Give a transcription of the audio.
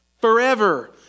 Forever